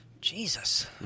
Jesus